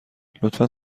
لطفا